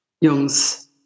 Jung's